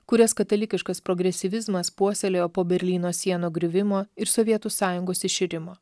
kurias katalikiškas progresyvizmas puoselėjo po berlyno sienų griuvimo ir sovietų sąjungos iširimo